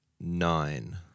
nine